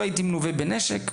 לא הייתי מלווה בנשק,